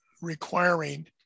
requiring